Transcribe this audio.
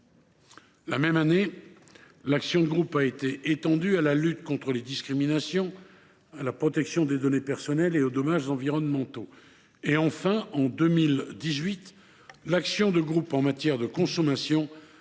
même année, l’action de groupe s’applique aussi à la lutte contre les discriminations, à la protection des données personnelles et aux dommages environnementaux. En 2018, l’action de groupe en matière de consommation a également